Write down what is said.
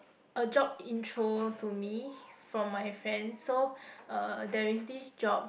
a job intro to me from my friend so uh there is this job